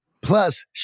Plus